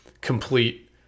complete